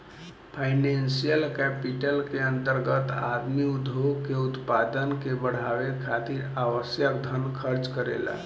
financial capital के अंतर्गत आदमी उद्योग के उत्पादन के बढ़ावे खातिर आवश्यक धन खर्च करेला